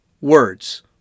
words